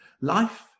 Life